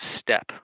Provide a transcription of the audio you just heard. step